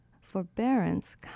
forbearance